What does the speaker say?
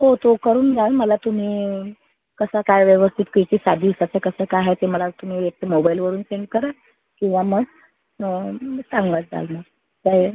हो तो करून घ्याल मला तुम्ही कसा काय व्यवस्थित किती सात दिवसाचं कसं काय आहे ते मला तुम्ही एकतर मोबाईलवरून सेंड करा किंवा मग सांगाल काय मग काय आहे